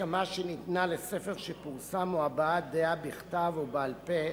הסכמה שניתנה לספר שפורסם או הבעת דעה בכתב או בעל-פה